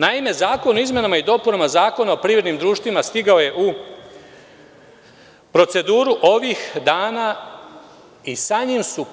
Naime, Zakon o izmenama i dopunama Zakona o privrednim društvima stigao je u proceduru ovih dana i sa njim su